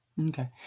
okay